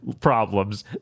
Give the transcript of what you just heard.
problems